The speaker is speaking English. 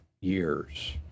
years